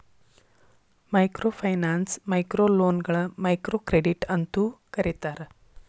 microfinance ಮೈಕ್ರೋಲೋನ್ಗಳ microcredit ಅಂತೂ ಕರೇತಾರ